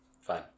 Fine